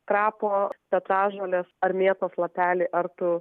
krapo petražolės ar mėtos lapelį ar tu